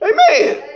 Amen